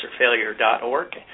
successorfailure.org